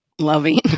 loving